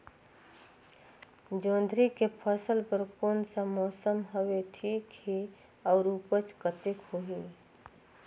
जोंदरी के फसल बर कोन सा मौसम हवे ठीक हे अउर ऊपज कतेक होही?